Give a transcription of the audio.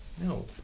no